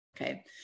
okay